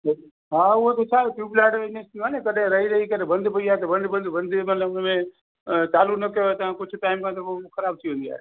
हा उहो ॾिसां ट्यूबलाईट इनजी थी वियो आहे न रही रही करे बंदि पई आहे त बंदि बंदि बंदि मतिलबु उन में चालू न कयो तव्हां कुझु टाईम खां पोइ त ख़राबु थी वेंदी आहे